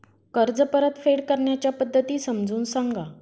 कर्ज परतफेड करण्याच्या पद्धती समजून सांगा